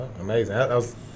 amazing